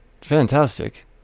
fantastic